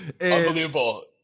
unbelievable